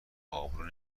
ابرو